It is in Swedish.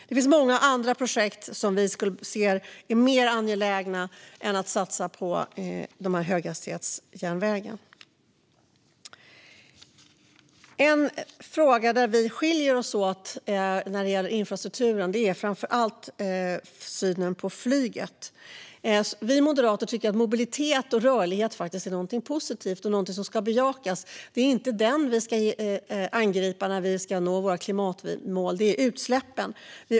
Det finns många andra projekt som vi anser är mer angelägna än att satsa på höghastighetsjärnväg. En fråga där vi skiljer oss åt när det gäller infrastrukturen är synen på flyget. Moderaterna tycker att mobilitet och rörlighet är någonting positivt och någonting som ska bejakas. Det är inte detta vi ska angripa när vi ska nå våra klimatmål, utan det är utsläppen.